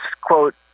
quote